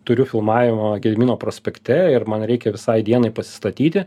turiu filmavimą gedimino prospekte ir man reikia visai dienai pasistatyti